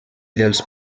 dels